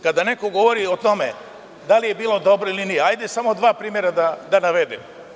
Kada neko govori o tome da li je bilo dobro ili nije, samo ću dva primera da navedem.